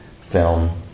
film